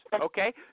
Okay